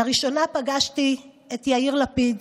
לראשונה פגשתי את יאיר לפיד